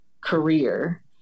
career